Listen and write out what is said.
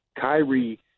Kyrie